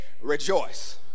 rejoice